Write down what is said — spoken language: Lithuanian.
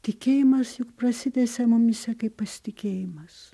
tikėjimas juk prasitęsia mumyse kaip pasitikėjimas